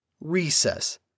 Recess